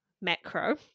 macro